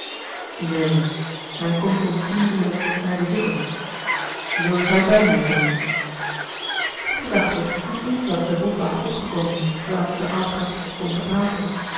neen men komt om tien ure mij bezoeken wilt gij bij mij zijn gerard keller het testament van mevrouw de tonnette die gedachte was eensklaps bij botwater opgekomen terwijl hij met den oudgast stond te praten